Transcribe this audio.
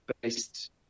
based